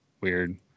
weird